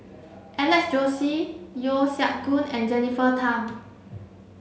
Alex Josey Yeo Siak Goon and Jennifer Tham